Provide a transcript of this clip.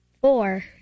Four